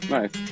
Nice